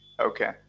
okay